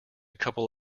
couple